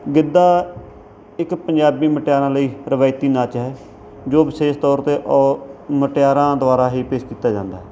ਗਿੱਧਾ ਇੱਕ ਪੰਜਾਬੀ ਮੁਟਿਆਰਾਂ ਲਈ ਰਿਵਾਇਤੀ ਨਾਚ ਹੈ ਜੋ ਵਿਸ਼ੇਸ਼ ਤੌਰ 'ਤੇ ਔ ਮੁਟਿਆਰਾਂ ਦੁਆਰਾ ਹੀ ਪੇਸ਼ ਕੀਤਾ ਜਾਂਦਾ ਹੈ